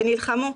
ונלחמו,